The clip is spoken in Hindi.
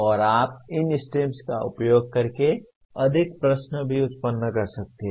और आप इन STEMS का उपयोग करके अधिक प्रश्न भी उत्पन्न कर सकते हैं